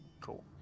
Cool